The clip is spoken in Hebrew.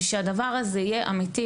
בשביל שהדבר הזה יהיה אמיתי,